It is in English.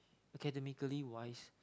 academically wise